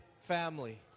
family